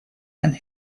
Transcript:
and